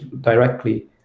directly